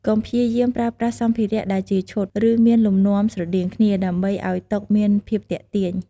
កុំព្យាយាមប្រើប្រាស់សម្ភារៈដែលជាឈុត ឬមានលំនាំស្រដៀងគ្នា ដើម្បីឱ្យតុមានភាពទាក់ទាញ។